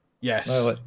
yes